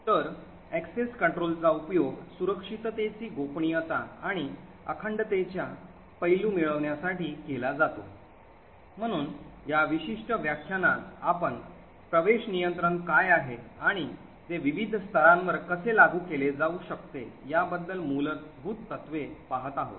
तर access control चा उपयोग सुरक्षिततेची गोपनीयता आणि अखंडतेच्या पैलू मिळविण्यासाठी केला जातो म्हणून या विशिष्ट व्याख्यानात आपण access control काय आहे आणि ते विविध स्तरांवर कसे लागू केले जाऊ शकते याबद्दल मूलभूत तत्वे पहात आहोत